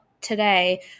today